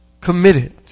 committed